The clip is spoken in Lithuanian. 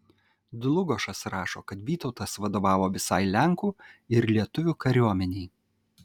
dlugošas rašo kad vytautas vadovavo visai lenkų ir lietuvių kariuomenei